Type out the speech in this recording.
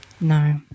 No